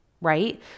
right